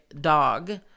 dog